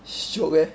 shiok eh